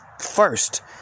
first